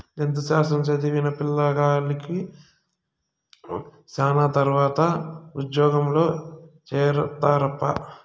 జంతు శాస్త్రం చదివిన పిల్లగాలులు శానా త్వరగా ఉజ్జోగంలో చేరతారప్పా